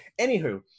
Anywho